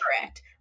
correct